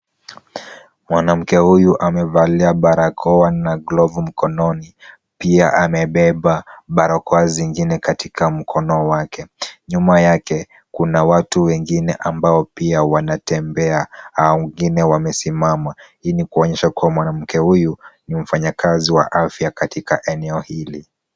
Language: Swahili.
Mwanamke huyu amevalia barakoa na glovu mkononi pia amebeba barakoa zingine katika mkono wake. Nyuma yake kuna watu wengine ambao pia wanatembea au wengine wamesimama. Hii ni kuonyesha kua mwanamke huyu ni mfanyakazi katika eneo hili.